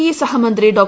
E സഹമന്ത്രി ഡോ